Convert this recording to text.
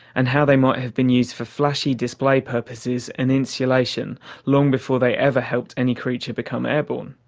and how they might have been used for flashy display purposes and insulation long before they ever helped any creature become airborne.